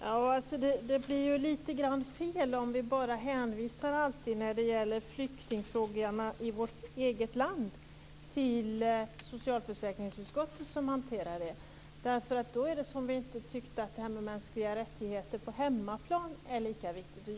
Fru talman! Det blir lite grann fel om vi bara hänvisar flyktingfrågorna som gäller vårt eget land till socialförsäkringsutskottet. Då är det som att vi ansåg att detta med mänskliga rättigheter på hemmaplan inte är lika viktigt.